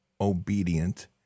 obedient